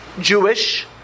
Jewish